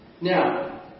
Now